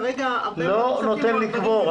כרגע --- לא נותן לקבור.